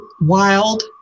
wild